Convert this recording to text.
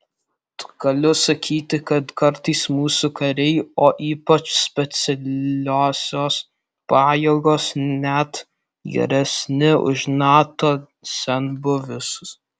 galiu sakyti kad kartais mūsų kariai o ypač specialiosios pajėgos net geresni už nato senbuvius